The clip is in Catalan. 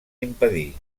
impedir